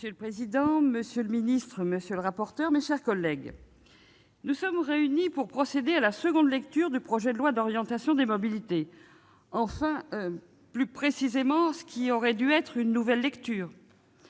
Monsieur le président, monsieur le secrétaire d'État, mes chers collègues, nous sommes réunis pour procéder à la nouvelle lecture du projet de loi d'orientation des mobilités, ou, plus précisément, à ce qui aurait dû être une nouvelle lecture